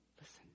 Listen